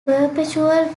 perpetual